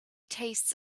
tastes